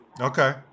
Okay